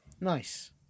Nice